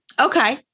Okay